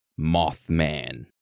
Mothman